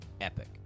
epic